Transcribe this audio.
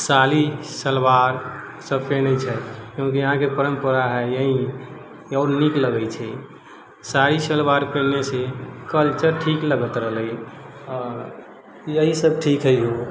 साड़ी सलवार सब पहिनै छै किएक कि यहाँके परम्परा है यही आओर नीक लगै छै साड़ी सलवार पहिननेसँ कल्चर ठीक लगैत रहलै यही सब ठीक है